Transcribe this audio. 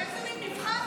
איזה מין מבחן זה?